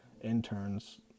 interns